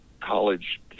college